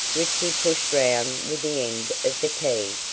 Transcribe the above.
which he pushed round with the end of the key,